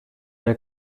der